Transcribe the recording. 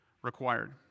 required